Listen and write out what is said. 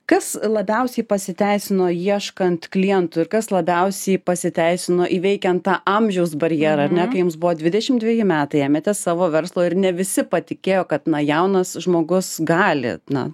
kas labiausiai pasiteisino ieškant klientų ir kas labiausiai pasiteisino įveikiant tą amžiaus barjerą ar ne kai jums buvo dvidešim dveji metai ėmėtės savo verslo ir ne visi patikėjo kad na jaunas žmogus gali na